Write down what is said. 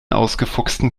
ausgefuchsten